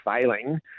failing